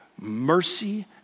mercy